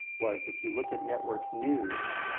was if you look at network news,